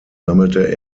sammelte